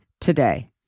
today